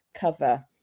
cover